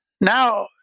Now